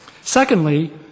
Secondly